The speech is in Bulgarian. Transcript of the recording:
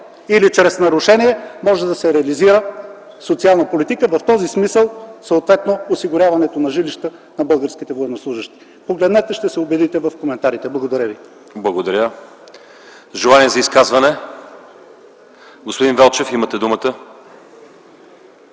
или чрез нарушение може да се реализира социална политика, в този смисъл съответно осигуряването на жилища на българските военнослужещи. Погледнете, ще се убедите в коментарите. Благодаря ви. ПРЕДСЕДАТЕЛ ЛЪЧЕЗАР ИВАНОВ: Благодаря. Желание за изказване? Господин Велчев, имате думата.